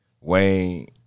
Wayne